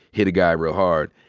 hit a guy real hard,